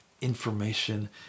information